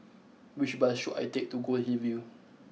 which bus should I take to Goldhill View